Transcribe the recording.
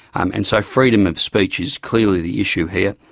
um and so freedom of speech is clearly the issue here,